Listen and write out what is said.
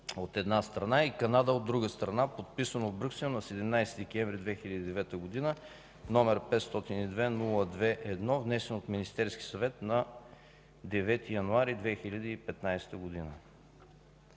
от една страна, и Канада, от друга страна, подписано в Брюксел на 17 декември 2009 г., № 502-02-1, внесен от Министерския съвет на 9 януари 2015 г.”